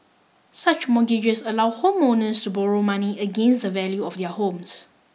such mortgages allow homeowners to borrow money against the value of their homes